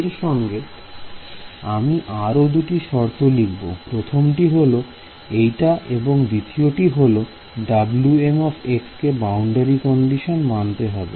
এর সঙ্গে আমি আরো দুটি শর্ত লিখব প্রথমটি হলো এইটা এবং দ্বিতীয়টি হলো Wmx কে বাউন্ডারি কন্ডিশন মানতে হবে